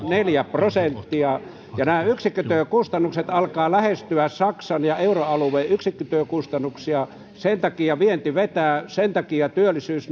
neljä prosenttia ja nämä yksikkötyökustannukset alkavat lähestyä saksan ja euroalueen yksikkötyökustannuksia sen takia vienti vetää sen takia työllisyys